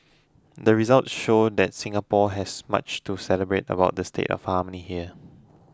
the results show that Singapore has much to celebrate about the state of harmony here